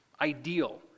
ideal